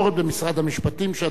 שאדוני עמד בגבורה מולם.